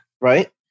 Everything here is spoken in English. right